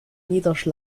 und